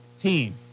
team